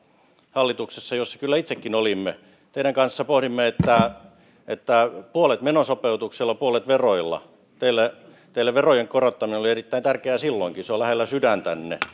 hallituksessa jossa kyllä itsekin olimme teidän kanssanne pohdimme että että puolet menosopeutuksella puolet veroilla teille teille verojen korottaminen oli erittäin tärkeää silloinkin se on lähellä sydäntänne